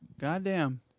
Goddamn